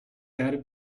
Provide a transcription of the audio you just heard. added